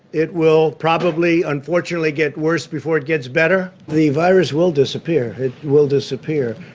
it will probably, unfortunately, get worse before it gets better. the virus will disappear. it will disappear.